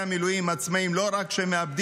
שנפגעו,